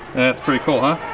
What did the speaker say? that's pretty cool, huh?